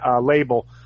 label